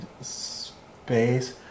space